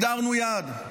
הגדרנו יעד.